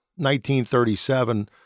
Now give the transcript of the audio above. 1937